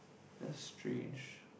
that's strange